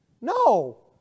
No